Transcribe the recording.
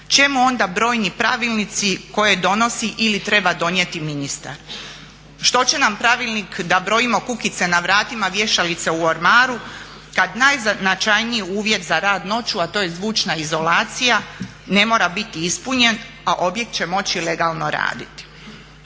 čemu onda brojni pravilnici koje donosi ili treba donijeti ministar? Što će nam pravilnik da brojimo kukice na vratima vješalica u ormaru kad najznačajniji uvjeta za rad noću a to je zvučna izolacija ne mora biti ispunjen a objekt će moći legalno raditi.